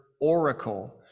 oracle